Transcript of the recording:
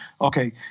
okay